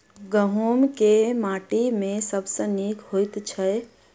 गहूम केँ माटि मे सबसँ नीक होइत छै?